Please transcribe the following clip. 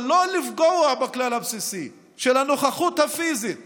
אבל לא לפגוע בכלל הבסיסי של הנוכחות הפיזית